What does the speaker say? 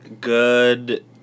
good